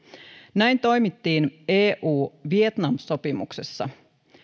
näin toimittiin eu vietnam sopimuksessa